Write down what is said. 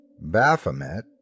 Baphomet